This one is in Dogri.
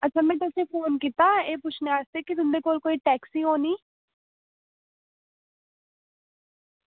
आं में तुसेंगी फोन कीता एह् पुच्छनै आस्तै कि तुंदे कोल कोई टैक्सी होनी